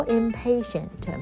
impatient